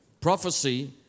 Prophecy